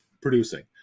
producing